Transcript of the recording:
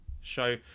show